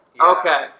Okay